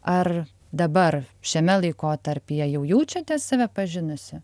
ar dabar šiame laikotarpyje jau jaučiatės save pažinusi